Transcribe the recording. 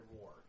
war